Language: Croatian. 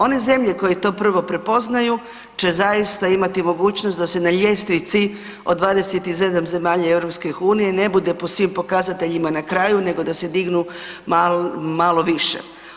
One zemlje koje prvo to prepoznaju će zaista imati mogućnost da se na ljestvici od 27 zemalja EU-a ne bude po svim pokazateljima na kraju nego da se dignu malo više.